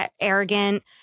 arrogant